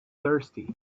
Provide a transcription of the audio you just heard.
thirsty